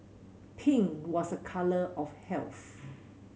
pink was a colour of health